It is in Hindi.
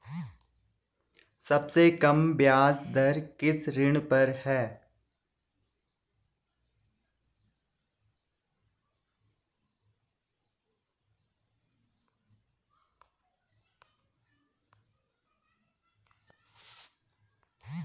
सबसे कम ब्याज दर किस ऋण पर है?